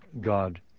God